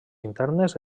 internes